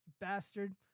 bastard